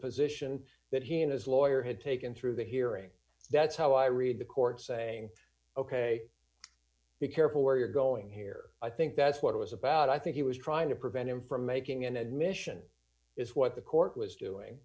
position that he and his lawyer had taken through the hearing that's how i read the court saying ok we careful where you're going here i think that's what it was about i think he was trying to prevent him from making an admission is what the court was doing